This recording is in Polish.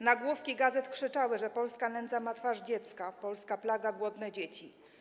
Nagłówki gazet krzyczały, że polska nędza ma twarz dziecka, a polska plaga: głodne dzieci.